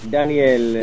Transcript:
Daniel